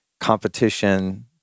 competition